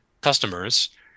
customers